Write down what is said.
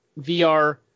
vr